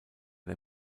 der